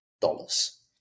dollars